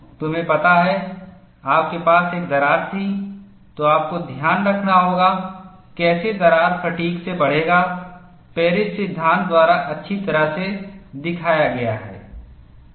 तुम्हें पता है आपके पास एक दरार थी तो आपको ध्यान रखना होगा कैसे दरार फ़ैटिग् से बढ़ेगा पेरिस सिद्धांत द्वारा अच्छी तरह से दिखाया गया है